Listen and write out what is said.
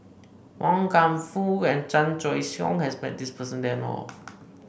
Wan Kam Fook and Chan Choy Siong has met this person that I know of